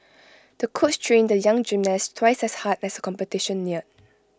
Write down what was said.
the coach trained the young gymnast twice as hard as the competition neared